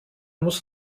muss